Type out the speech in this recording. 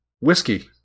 whiskey